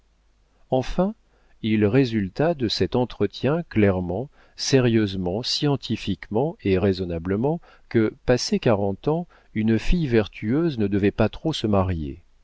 enfin il résulta de cet entretien clairement sérieusement scientifiquement et raisonnablement que passé quarante ans une fille vertueuse ne devait pas trop se marier